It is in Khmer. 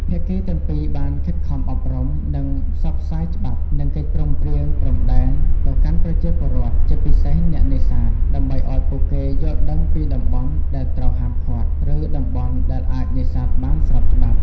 ភាគីទាំងពីរបានខិតខំអប់រំ និងផ្សព្វផ្សាយច្បាប់ និងកិច្ចព្រមព្រៀងព្រំដែនទៅកាន់ប្រជាពលរដ្ឋ ជាពិសេសអ្នកនេសាទ ដើម្បីឱ្យពួកគេយល់ដឹងពីតំបន់ដែលត្រូវហាមឃាត់ ឬតំបន់ដែលអាចនេសាទបានស្របច្បាប់។